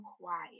quiet